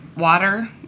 Water